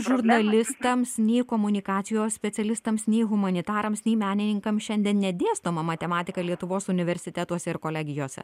žurnalistams nei komunikacijos specialistams nei humanitarams nei menininkams šiandien nedėstoma matematika lietuvos universitetuose ir kolegijose